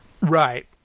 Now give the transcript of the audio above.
Right